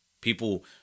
People